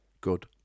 good